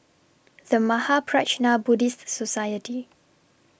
The Mahaprajna Buddhist Society